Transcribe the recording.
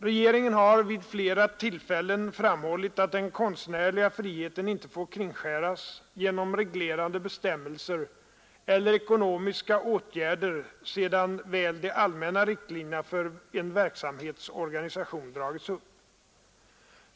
Regeringen har vid flera tillfällen framhållit att den konstnärliga friheten inte får kringskäras genom reglerande bestämmelser eller ekonomiska åtgärder, sedan väl de allmänna riktlinjerna för en verksamhets organisation dragits upp.